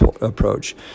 approach